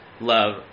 love